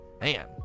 man